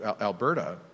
Alberta